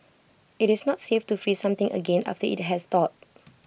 IT is not safe to freeze something again after IT has thawed